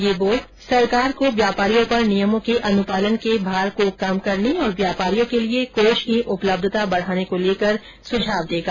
ये बोर्ड सरकार को व्यापारियों पर नियमों के अनुपालन के भार को कम करने और व्यापारियों के लिये कोष की उपलब्धता बढाने को लेकर सुझाव देगा